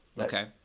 Okay